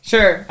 Sure